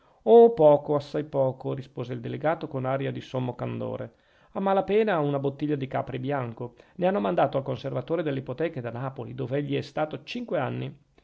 oh poco assai poco rispose il delegato con aria di sommo candore a mala pena una bottiglia di capri bianco ne hanno mandato al conservatore delle ipoteche da napoli dov'egli è stato cinque anni